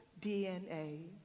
dna